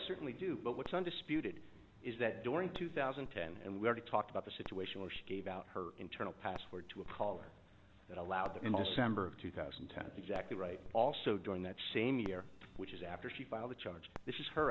certainly do but what's undisputed is that during two thousand and ten and we had talked about the situation where she gave out her internal password to a caller that allowed in the december of two thousand and ten exactly right also during that same year which is after she filed a charge this is her